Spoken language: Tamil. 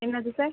என்னது சார்